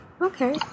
Okay